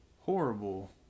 horrible